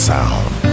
Sound